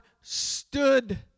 stood